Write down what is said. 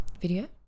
Video